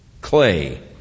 Clay